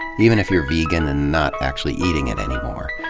even if you're vegan and not actually eating it anymore.